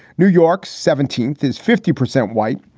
new york's seventeenth is fifty percent white,